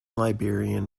liberian